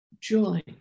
joy